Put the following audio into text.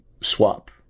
swap